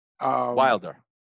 Wilder